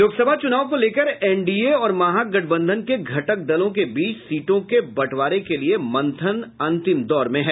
लोकसभा चूनाव को लेकर एनडीए और महागठबंधन के घटक दलों के बीच सीटों के बंटवारे के लिये मंथन अंतिम दौर में है